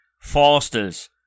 Foster's